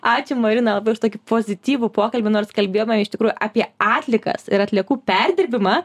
ačiū marina labai už tokį pozityvų pokalbį nors kalbėjome iš tikrųjų apie atliekas ir atliekų perdirbimą